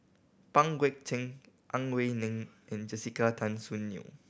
Pang Guek Cheng Ang Wei Neng and Jessica Tan Soon Neo